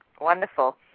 Wonderful